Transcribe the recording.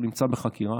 הוא נמצא בחקירה,